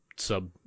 Sub